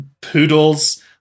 poodles